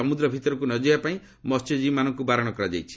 ସମୁଦ୍ର ଭିତରକୁ ଯିବାପାଇଁ ମହ୍ୟଜୀବୀମାନଙ୍କୁ ବାରଣ କରାଯାଇଛି